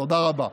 תודה רבה.